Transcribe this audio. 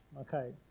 Okay